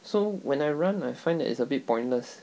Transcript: so when I run I find that it's a bit pointless